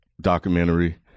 documentary